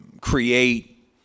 create